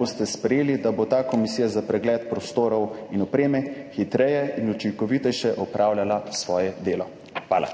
boste sprejeli, da bo ta komisija za pregled prostorov in opreme hitreje in učinkoviteje opravljala svoje delo? Hvala.